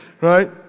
right